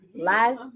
live